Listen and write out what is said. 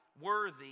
worthy